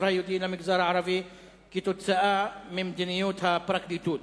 היהודי למגזר הערבי כתוצאה ממדיניות הפרקליטות,